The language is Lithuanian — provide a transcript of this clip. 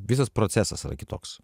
visas procesas yra kitoks